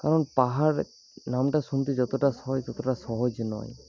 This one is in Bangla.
কারণ পাহাড় নামটা শুনতে যতটা সয় ততটা সহজ নয়